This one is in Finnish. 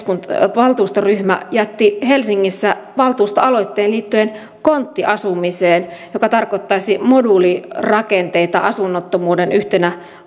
valtuustoryhmä jätti helsingissä valtuustoaloitteen liittyen konttiasumiseen joka tarkoittaisi moduulirakenteita asunnottomuuden yhtenä